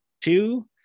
two